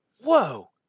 whoa